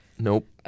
Nope